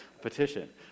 Petition